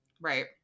right